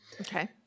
Okay